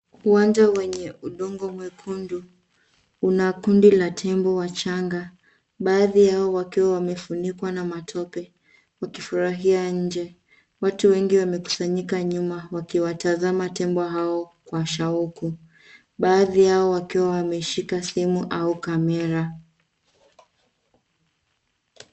Uwanja wenye udongo mwekundu una kundi la tembo wachanga baadhi yao wakiwa wamefunikwa na matope, wakifurahia nje. Watu wengi wamekusanyika nyuma wakiwatazama tembo hao kwa shauku, baadhi yao wakiwa wameshika simu au kamera.